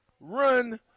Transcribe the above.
Run